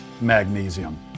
magnesium